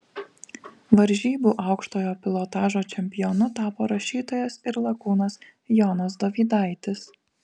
varžybų aukštojo pilotažo čempionu tapo rašytojas ir lakūnas jonas dovydaitis